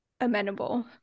amenable